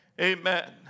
Amen